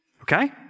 Okay